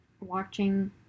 watching